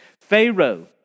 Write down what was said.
Pharaoh